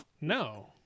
No